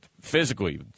physically